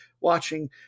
watching